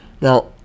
now